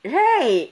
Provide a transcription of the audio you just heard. right